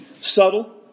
subtle